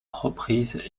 reprise